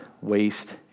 waste